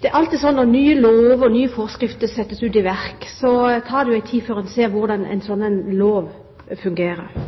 Det er alltid sånn at når nye lover og nye forskrifter settes i kraft, så tar det en tid før en ser hvordan de fungerer.